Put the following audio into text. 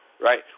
right